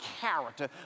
character